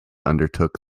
undertook